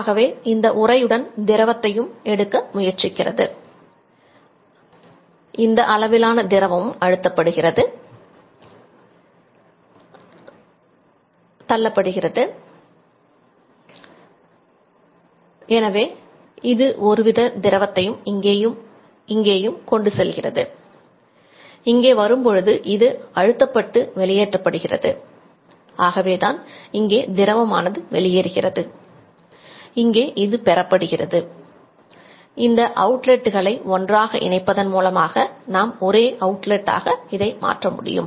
ஆகவே இது உரையுடன் ஆக இதை மாற்ற முடியும்